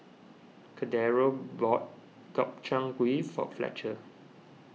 Cordero bought Gobchang Gui for Fletcher